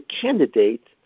candidate